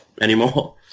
anymore